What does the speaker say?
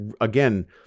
again